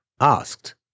Asked